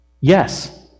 Yes